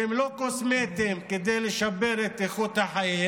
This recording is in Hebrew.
והם לא קוסמטיים כדי לשפר את איכות החיים.